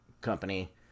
company